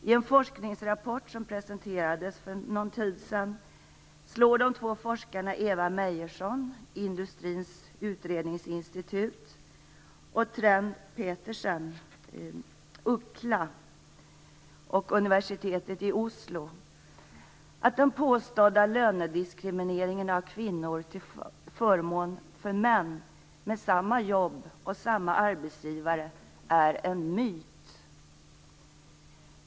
I en forskningsrapport som presenterades för någon tid sedan slår de två forskarna Eva Meyerson, Industrins utredningsinstitut, och Trend Petersen, UCLA och universitetet i Oslo, fast att den påstådda lönediskrimineringen av kvinnor till förmån för män med samma jobb och samma arbetsgivare är en myt.